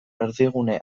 erdigune